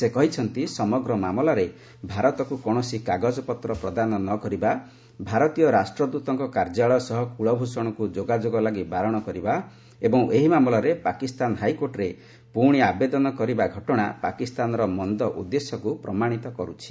ସେ କହିଛନ୍ତି ସମଗ୍ର ମାମଲାରେ ଭାରତକୁ କୌଣସି କାଗଜପତ୍ର ପ୍ରଦାନ ନ କରିବା ଭାରତୀୟ ରାଷ୍ଟ୍ରଦୃତଙ୍କ କାର୍ଯ୍ୟାଳୟ ସହ କୁଳଭ୍ଷଣଙ୍କୁ ଯୋଗାଯୋଗ ଲାଗି ବାରଣ କରିବା ଏବଂ ଏହି ମାମଲାରେ ପାକିସ୍ତାନ ହାଇକୋର୍ଟରେ ପୁଣି ଆବେଦନ କରିବା ଘଟଣା ପାକିସ୍ତାନର ମନ୍ଦ ଉଦ୍ଦେଶ୍ୟକୁ ପ୍ରମାଣିତ କରୁଛି